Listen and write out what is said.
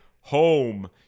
home